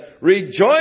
Rejoice